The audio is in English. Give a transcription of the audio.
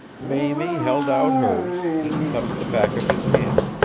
mamie held out hers, and touched the back of his hand,